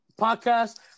podcast